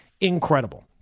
incredible